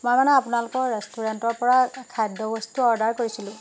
মই মানে আপোনালোকৰ ৰেষ্টুৰেণ্টৰ পৰা খাদ্যবস্তু অৰ্ডাৰ কৰিছিলোঁ